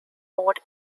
board